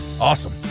Awesome